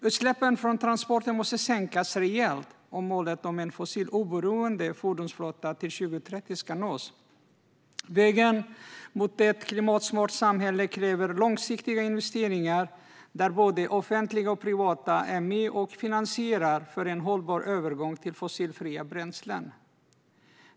Utsläppen från transporter måste sänkas reellt om målet om en fossiloberoende fordonsflotta till 2030 ska nås. Vägen mot ett klimatsmart samhälle kräver långsiktiga investeringar, där både offentliga och privata aktörer är med och finansierar en hållbar övergång till fossilfria bränslen.